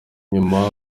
nyuma